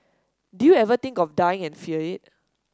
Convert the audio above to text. do you ever think of dying and fear it